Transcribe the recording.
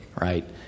right